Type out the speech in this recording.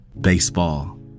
Baseball